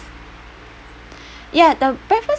ya the breakfast